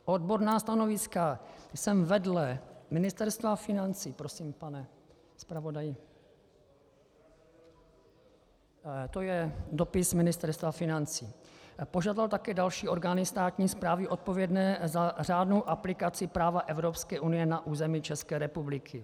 O odborná stanoviska jsem vedle Ministerstva financí prosím pane zpravodaji , to je dopis Ministerstva financí požádal také další orgány státní správy odpovědné za řádnou aplikaci práva Evropské unie na území České republiky.